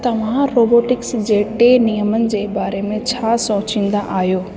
तव्हां रोबोटिक्स जे टे नियमनि जे बारे में छा सोचिंदा आहियो